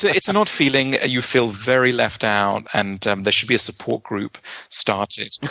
it's an odd feeling. you feel very left out, and there should be a support group started.